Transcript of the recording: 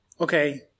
okay